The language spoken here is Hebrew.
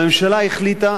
הממשלה החליטה